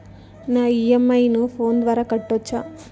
నా ఇ.ఎం.ఐ ను ఫోను ద్వారా కట్టొచ్చా?